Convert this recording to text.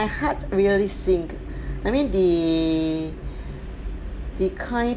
my heart really sink I mean the the kind